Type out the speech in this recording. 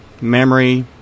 memory